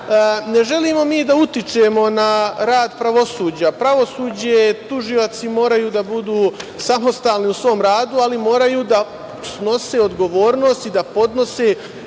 ne želimo mi da utičemo na rad pravosuđa. Pravosuđe i tužioci moraju da budu samostalni u svom radu, ali moraju da snose odgovornost i da podnose,